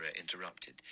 interrupted